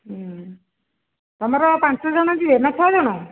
ତୁମର ପାଞ୍ଚଜଣ ଯିବେ ନା ଛଅଜଣ